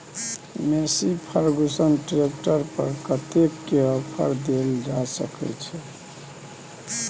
Massey Ferguson tractor पर कतेक के ऑफर देल जा सकै छै?